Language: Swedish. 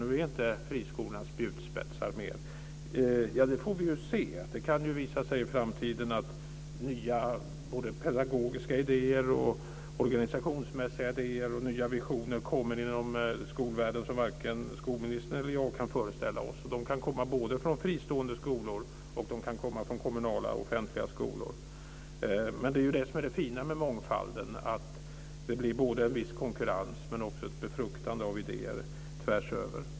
Nu är inte friskolorna spjutspetsar längre. Ja, det får vi väl se. Det kan visa sig i framtiden att nya både pedagogiska och organisationsmässiga idéer och visioner kommer inom skolvärlden som varken skolministern eller jag kan föreställa oss. De kan komma både från fristående skolor och från kommunala, offentliga skolor. Det är ju det som är det fina med mångfalden: Det blir både en viss konkurrens och ett befruktande av idéer tvärs över.